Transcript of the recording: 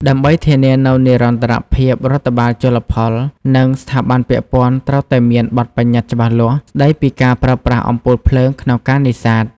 ដើម្បីធានានូវនិរន្តរភាពរដ្ឋបាលជលផល និងស្ថាប័នពាក់ព័ន្ធត្រូវតែមាន បទប្បញ្ញត្តិច្បាស់លាស់ ស្តីពីការប្រើប្រាស់អំពូលភ្លើងក្នុងការនេសាទ។